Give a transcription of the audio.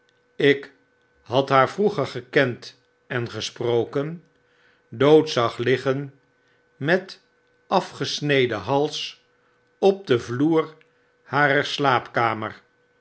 ik had haar vroeger gekend en gesproken dood zag liggen met afgesneden hals op den vloer harer slaapkamer